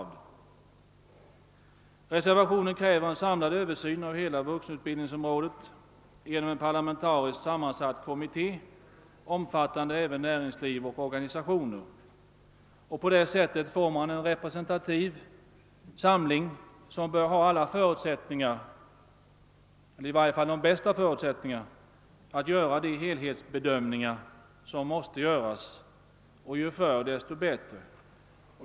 I reservationen krävs en samlad översyn av hela vuxenutbildningsområdet genom en parlamentariskt sammansatt kommitté som omfattar även näringsliv och organisationer. På det sättet får man en representativ samling som bör ha alla förutsättningar — eller i varje fall de bästa möjliga förutsättningar — för att göra de helhetsbedömningar som måste göras, ju förr desto bättre.